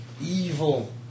evil